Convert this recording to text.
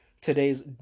today's